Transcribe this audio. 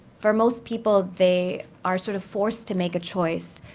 for most people, they are sort of forced to make a choice.